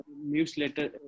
newsletter